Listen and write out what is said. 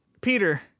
Peter